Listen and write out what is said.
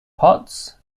potts